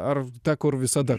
ar ta kur visada